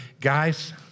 Guys